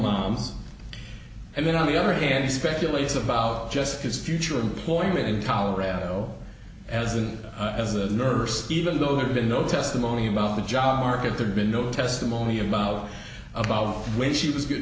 moms and then on the other hand he speculates about just his future employment in colorado as a as a nurse even though there's been no testimony about the job market there's been no testimony about about which she was good